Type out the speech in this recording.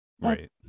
Right